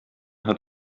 hat